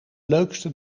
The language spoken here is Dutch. leukste